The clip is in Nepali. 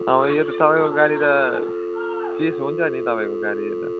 अब यो त तपाईँको गाडी त सिस हुन्छ नि तपाईँको गाडी यो त